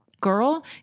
girl